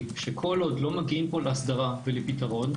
שכל עוד לא מגיעים פה להסדרה ולפתרון,